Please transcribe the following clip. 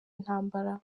intambara